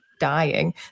dying